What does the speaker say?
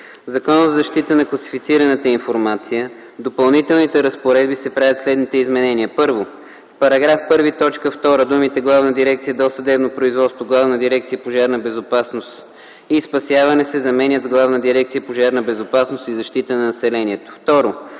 Закона за защита на класифицираната информация в допълнителните разпоредби се правят следните изменения: 1. В § 1, т. 2 думите „Главна дирекция “Досъдебно производство”, Главна дирекция “Пожарна безопасност и спасяване” се заменят с “Главна дирекция “Пожарна безопасност и защита на населението”.